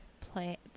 play